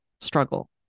struggle